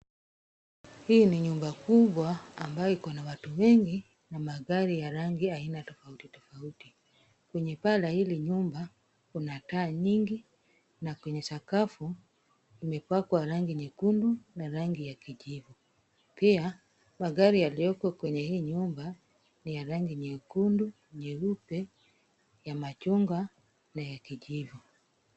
Hii ni nyumba kubwa ambayo iko na watu wengi na magari ya rangi aina totauti tofauti. Kwenye paa la hili nyumba, kuna taa nyingi na kwenye sakafu, kumepakwa rangi nyekundu na rangi ya kijivu. Pia magari yaliyoko kwenye hii nyumba ni ya rangi nyekundu, nyeupe, ya machungwa na ya kijivu.